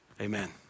amen